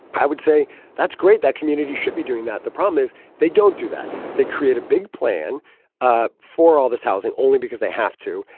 i would say that's great. that community should be doing that. the problem is they don't do that. they create a big plan ah for all this housing. only because they have to.